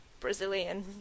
brazilian